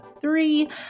three